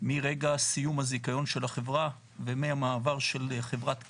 מרגע סיום הזיכיון של החברה ומהמעבר של חברת קצא"א,